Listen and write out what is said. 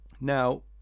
Now